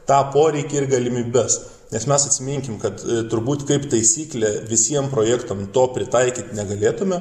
tą poreikį ir galimybes nes mes atsiminkim kad turbūt kaip taisyklė visiem projektam to pritaikyt negalėtume